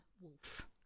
wolf